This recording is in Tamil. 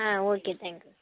ah okay thank you